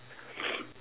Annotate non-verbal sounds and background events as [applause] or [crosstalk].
[breath]